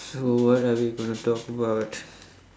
so what are we gonna talk about